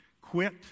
quit